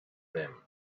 them